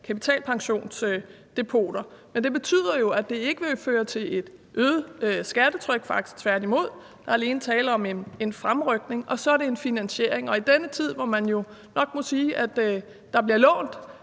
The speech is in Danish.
kapitalpensionsdepoter. Det betyder jo, at det ikke vil føre til et øget skattetryk, faktisk tværtimod, der er alene tale om en fremrykning, og så er det en finansiering. Og i denne tid, hvor man jo nok må sige, at der bliver lånt